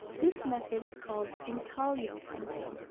this method is called intaglio printing.